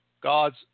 God's